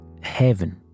heaven